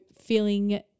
feeling